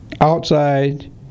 Outside